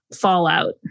fallout